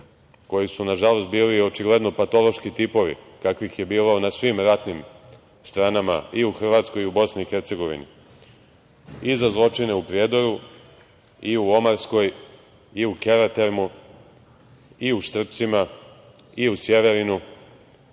koji su, nažalost, bili očigledno patološki tipovi, kakvih je bilo na svim ratnim stranama i u Hrvatskoj i u Bosni i Hercegovini i za zločine u Prijedoru i u Omarskoj i Keletermu i Štrpcima i u Sjeverinu,